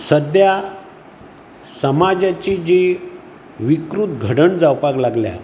सद्या समाजाची जी विकृत घडण जावपाक लागल्या